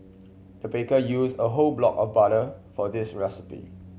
the baker used a whole block of butter for this recipe